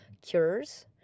cures